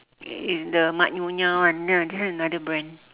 it's the mak nyonya one this one this one another brand